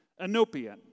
Anopian